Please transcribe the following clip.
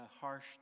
harsh